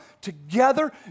together